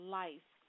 life